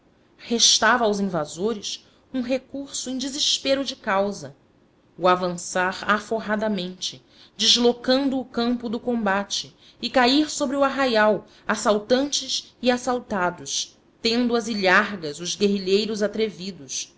restava aos invasores um recurso em desespero de causa o avançar aforradamente deslocando o campo do combate e cair sobre o arraial assaltantes e assaltados tendo às ilhargas os guerrilheiros atrevidos